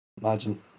Imagine